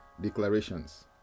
Declarations